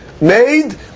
made